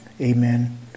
Amen